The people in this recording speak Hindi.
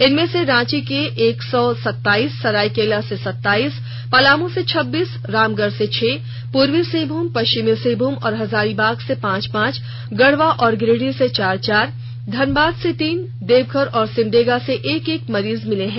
इनमें से रांची से एक सौ सत्ताईस सरायकेला से सत्ताईस पलामू से छब्बीस रामगढ़ से छह पूर्वी सिंहभूम पश्चिमी सिंहभूम और हजारीबाग से पांच पांच गढ़वा और गिरिडीह से चार चार धनबाद से तीन देवघर और सिमर्डगा से एक एक मरीज मिले हैं